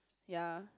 ya